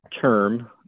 term